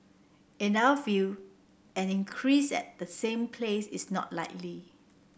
in our view an increase at the same place is not likely